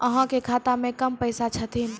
अहाँ के खाता मे कम पैसा छथिन?